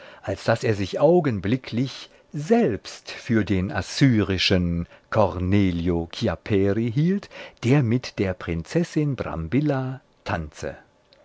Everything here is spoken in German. als daß er sich augenblicklich selbst für den assyrischen cornelio chiapperi hielt der mit der prinzessin brambilla tanze